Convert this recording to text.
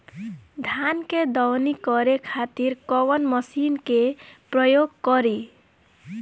धान के दवनी करे खातिर कवन मशीन के प्रयोग करी?